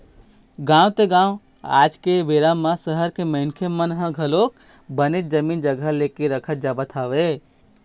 गाँव ते गाँव आज के बेरा म सहर के मनखे मन ह घलोक बनेच जमीन जघा ले के रखत जावत हवय